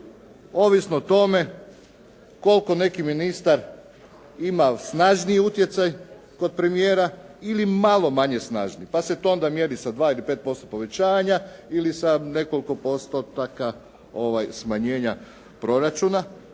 ovisno o tome koliko neki ministar ima snažniji utjecaj kod premijera ili malo manje snažni pa se to onda mjeri sa 2 ili 5% povećanja ili sa nekoliko postotaka smanjenja proračuna.